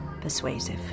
persuasive